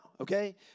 okay